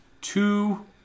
two